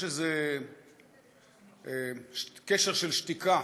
יש קשר של שתיקה